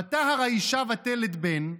ותהר האישה ותלד בן,